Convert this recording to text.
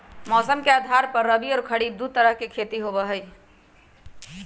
मौसम के आधार पर रबी और खरीफ दु तरह के खेती होबा हई